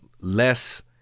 less